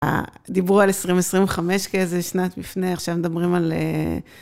אה.. דיברו על 2025 כאיזה שנת מפנה, עכשיו מדברים על...